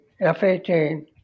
F-18